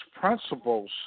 Principles